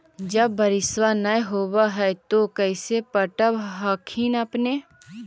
जब बारिसबा नय होब है तो कैसे पटब हखिन अपने?